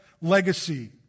legacy